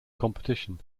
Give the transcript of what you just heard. competition